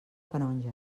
canonja